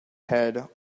head